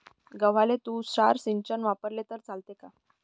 गव्हाले तुषार सिंचन वापरले तर चालते का?